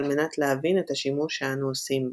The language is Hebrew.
על מנת להבין את השימוש שאנו עושים בה.